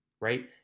right